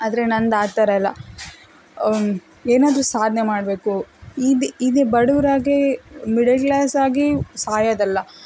ಆದರೆ ನಂದು ಆ ಥರ ಅಲ್ಲ ಏನಾದರೂ ಸಾಧನೆ ಮಾಡಬೇಕು ಇದೆ ಇದೆ ಬಡವರಾಗಿ ಮಿಡಲ್ ಕ್ಲಾಸ್ ಆಗಿ ಸಾಯೋದಲ್ಲ